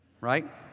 right